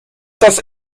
das